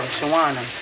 Shawana